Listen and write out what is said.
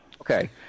Okay